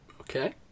Okay